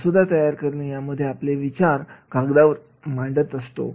मसुदा तयार करणे यामध्ये आपले विचार कागदावर मांडत असतो